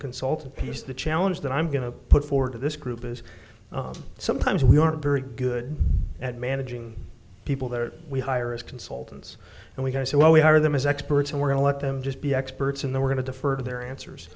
consultant piece the challenge that i'm going to put forward to this group is sometimes we aren't very good at managing people that we hire as consultants and we going to say well we hire them as experts and we're going to let them just be experts in the we're going to defer to their answers